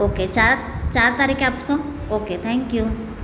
okay ચાર ચાર તારીખે આપશો ઓકે થેન્ક યુ